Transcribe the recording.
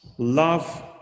Love